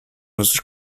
was